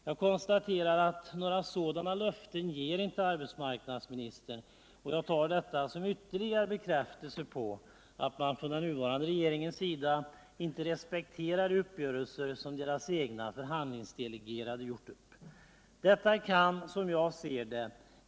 Jag konstaterar att några sådana löften ger inte arbetsmarknadsministern, och jag tar detta som ytterligare bekräftelse på att man från den nuvarande regeringens sida inte respekterar de uppgörelser som dess egna förhandlingsdelegerade gjort upp. Detta kan, som jag ser det.